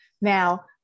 Now